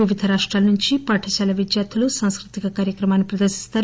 వివిధ రాష్టాల నుంచి పాఠశాల విద్యార్దులు సాంస్కృతిక కార్యక్రమాన్ని ప్రదర్శిస్తారు